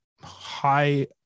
high